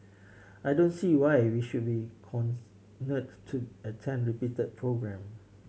I don't see why we should be to attend repeat programme